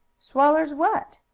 swallers what?